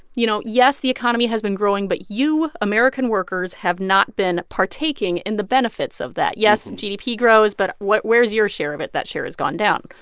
you know, yes, the economy has been growing, but you american workers have not been partaking in the benefits of that. yes, gdp grows, but where's your share of it? that share has gone down,